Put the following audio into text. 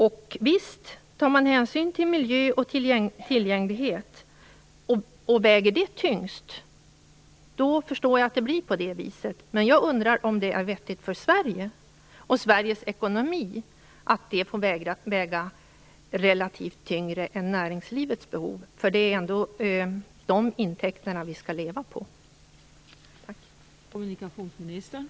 Om man tar hänsyn till miljö och tillgänglighet och ger dessa faktorer tyngst vikt förstår jag att det blir på det viset. Men jag undrar om det är vettigt för Sverige och Sveriges ekonomi att de får väga tyngre än näringslivets behov. Det är ändå intäkterna från näringslivet vi skall leva på.